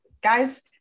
guys